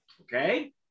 Okay